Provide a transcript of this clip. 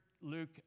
Luke